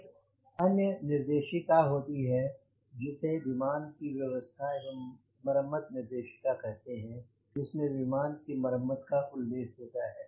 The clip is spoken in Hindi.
एक अन्य निर्देशिका होती है जिसे विमान की व्यवस्था एवं मरम्मत निर्देशिका कहते हैं जिसमे विमान की मरम्मत का उल्लेख होता है